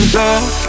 love